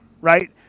right